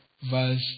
verse